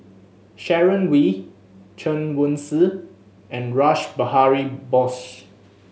Sharon Wee Chen Wen Hsi and Rash Behari Bose